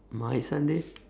my sunday